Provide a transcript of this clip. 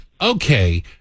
okay